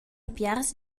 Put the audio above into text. piars